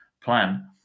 plan